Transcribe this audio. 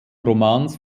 romans